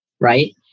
Right